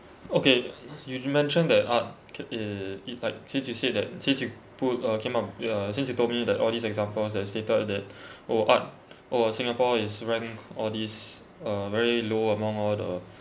okay you you mentioned that art cou~ it it like since you said that since you put uh came up ya since you told me that all these examples and stated that oh art oh singapore is rank all these uh very low among all the